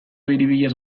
biribilaz